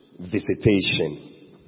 Visitation